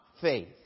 faith